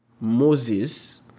Moses